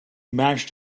mashed